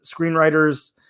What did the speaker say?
screenwriters